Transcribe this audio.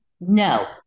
no